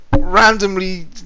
Randomly